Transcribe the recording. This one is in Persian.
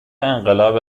انقلاب